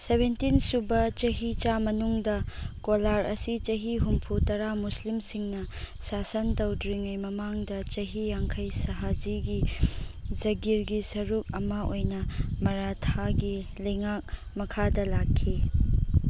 seventeen ꯁꯨꯕ ꯆꯍꯤ ꯆꯥ ꯃꯅꯨꯡꯗ ꯀꯣꯂꯥꯔ ꯑꯁꯤ ꯆꯍꯤ ꯍꯨꯝꯐꯨ ꯇꯔꯥ ꯃꯨꯁꯂꯤꯝꯁꯤꯡꯅ ꯁꯥꯁꯟ ꯇꯧꯗ꯭ꯔꯤꯉꯩ ꯃꯃꯥꯡꯗ ꯆꯍꯤ ꯌꯥꯡꯈꯩ ꯁꯍꯥꯖꯤꯒꯤ ꯖꯒꯤꯔꯒꯤ ꯁꯔꯨꯛ ꯑꯃ ꯑꯣꯏꯅ ꯃꯥꯔꯥꯊꯥꯒꯤ ꯂꯩꯉꯥꯛ ꯃꯈꯥꯗ ꯂꯥꯛꯈꯤ